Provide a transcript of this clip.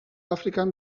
afrikan